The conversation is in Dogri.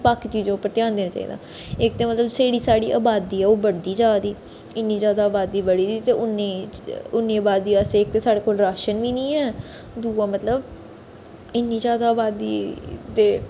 बाकी चीजें उप्पर ध्यान देना चाहिदा इक ते मतलब जेह्ड़ी साढ़ी अबादी ऐ ओह् बढ़दी जा दी इन्नी ज्यादा अबादी बढ़ी दी ते उन्नी च उन्नी अबादी अस इक ते साढ़े कोल राशन बी नेईं ऐ दूआ मतलब इन्नी ज्यादा अबादी ते